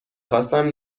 خواستم